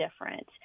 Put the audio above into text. different